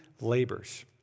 labors